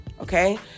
okay